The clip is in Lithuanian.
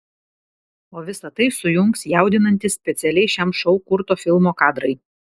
o visa tai sujungs jaudinantys specialiai šiam šou kurto filmo kadrai